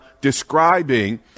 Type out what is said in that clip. describing